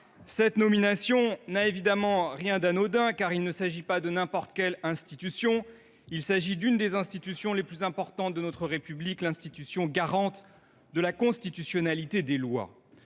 Leur nomination n’a évidemment rien d’anodin, car il ne s’agit pas de n’importe quelle institution. Il s’agit d’une des institutions les plus importantes de notre République, l’institution garante de la constitutionnalité des lois.